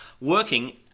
working